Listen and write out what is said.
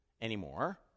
anymore